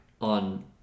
on